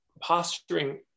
posturing